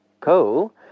Cool